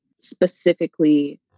specifically